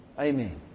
Amen